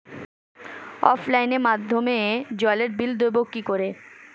অফলাইনে মাধ্যমেই জলের বিল দেবো কি করে?